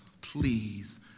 please